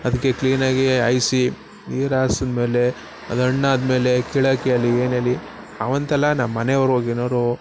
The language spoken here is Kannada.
ಅದಕ್ಕೆ ಕ್ಲೀನಾಗಿ ಹಾಯ್ಸಿ ನೀರಾಯ್ಸಿದ ಮೇಲೆ ಅದು ಹಣ್ ಆದಮೇಲೆ ಕೀಳೋಕ್ ಅಲ್ಲಿ ಏನಲ್ಲಿ ಅವಂತೆಲ್ಲ ನಮ್ಮ ಮನೆಯವ್ರು ಗಿನವ್ರು